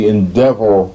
Endeavor